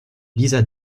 lisa